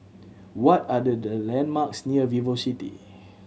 what are the landmarks near VivoCity